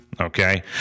okay